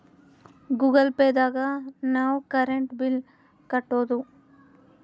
Google pay ದಾಗ ನಾವ್ current bill ಕಟ್ಟೋದು